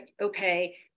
okay